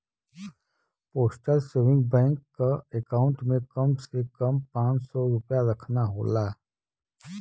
postal saving bank क account में कम से कम पांच सौ रूपया रखना होला